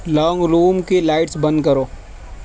لونگ room کی lights بند کرو